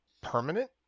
permanent